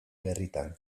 berritan